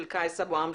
של קייס אבו-עמשה.